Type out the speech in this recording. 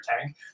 tank